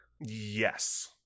Yes